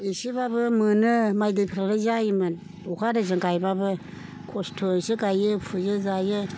इसेबाबो मोनो माइ दैफ्रालाय जायोमोन अखा हादैजों गायबाबो खस्थ'सो गायो फुयो जायो